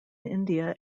india